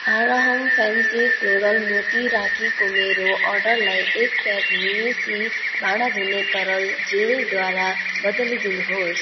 Aarham fancy floral मोती राखीको मेरो अर्डरलाई एक प्याक निमेसी भाँडा धुने तरल जेलद्वारा बदलिदिनुहोस्